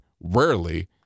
Rarely